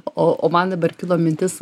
o o man dabar kilo mintis